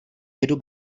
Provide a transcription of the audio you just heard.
jedu